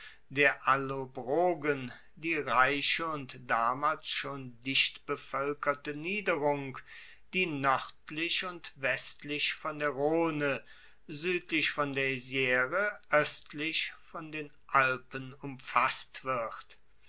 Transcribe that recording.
der allobrogen die reiche und damals schon dichtbevoelkerte niederung die noerdlich und westlich von der rhone suedlich von der isre oestlich von den alpen umfasst wird